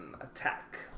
Attack